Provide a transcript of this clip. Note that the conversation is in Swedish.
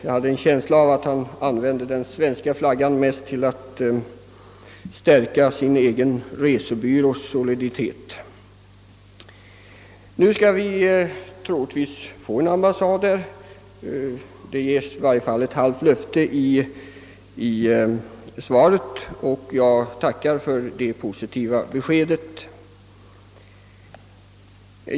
Jag hade en känsla av att han mest använde den svenska flaggan till att stärka sin egen resebyrås ställning. Nu får vi troligen en ambassad i Lusaka; det ges i varje fall ett halvt löfte därom i svaret, och jag tackar för det positiva beskedet.